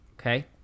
Okay